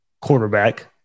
quarterback